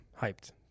hyped